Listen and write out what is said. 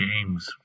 games